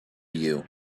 you